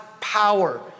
power